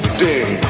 ding